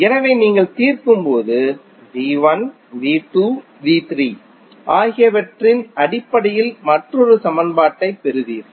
எனவே நீங்கள் தீர்க்கும்போது ஆகியவற்றின் அடிப்படையில் மற்றொரு சமன்பாட்டைப் பெறுவீர்கள்